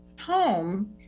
home